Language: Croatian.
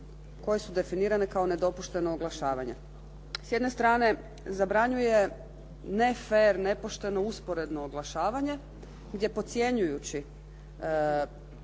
koje su definirane kao nedopušteno oglašavanje. S jedne strane zabranjuje nefer, nepošteno usporedno oglašavanje gdje podcjenjujući